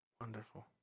Wonderful